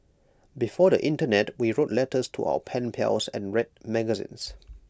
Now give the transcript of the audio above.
before the Internet we wrote letters to our pen pals and read magazines